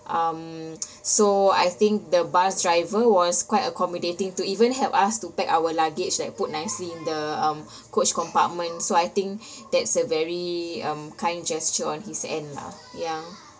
um so I think the bus driver was quite accommodating to even help us to pack our luggage like put nicely in the um coach compartment so I think that's a very um kind gesture on his end lah ya